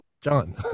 John